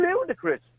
ludicrous